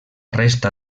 resta